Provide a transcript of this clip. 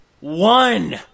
one